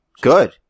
Good